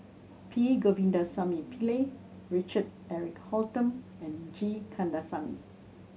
P Govindasamy Pillai Richard Eric Holttum and G Kandasamy